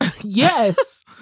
Yes